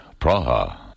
Praha